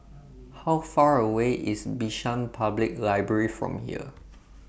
How Far away IS Bishan Public Library from here